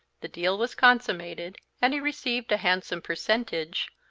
the deal was consummated, and he received a handsome percentage,